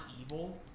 evil